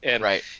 Right